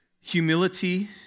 humility